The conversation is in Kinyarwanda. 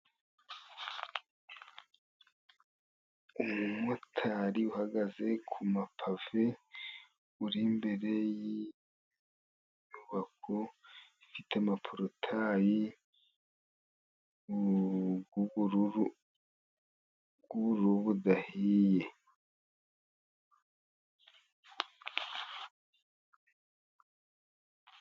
Umumotari uhagaze ku mapave, uri imbere y'inyubako ifite amaporotaye y'ubururu budahiye.